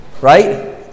Right